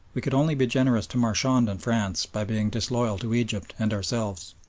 we could only be generous to marchand and france by being disloyal to egypt and ourselves.